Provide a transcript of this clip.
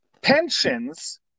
pensions